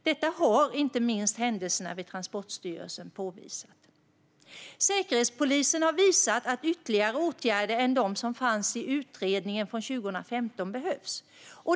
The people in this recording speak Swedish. Detta har inte minst händelserna vid Transportstyrelsen påvisat. Säkerhetspolisen har visat att ytterligare åtgärder utöver de som fanns i utredningen från 2015 behövs.